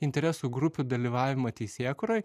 interesų grupių dalyvavimą teisėkūroj